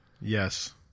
Yes